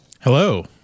Hello